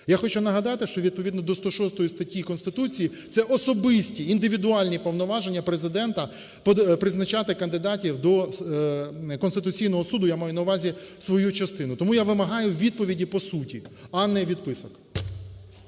Я хочу нагадати, що відповідно до 106 статті Конституції, це особисті, індивідуальні повноваження Президента – призначати кандидатів до Конституційного Суду, я маю на увазі свою частину. Тому я вимагаю відповіді по суті, а не відписок.